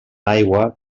aigua